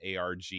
ARG